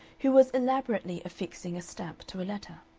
who was elaborately affixing a stamp to a letter.